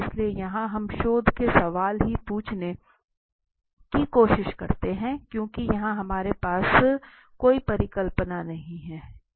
इसलिए यहां हम शोध के सवाल ही पूछने की कोशिश करते हैं क्यूंकि यहाँ हमारे पास कोई परिकल्पना नहीं है